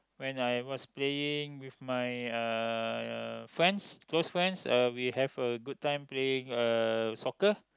when I was playing with my uh friends close friends uh we have a good time playing uh soccer